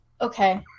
Okay